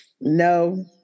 No